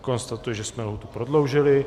Konstatuji, že jsme lhůtu prodloužili.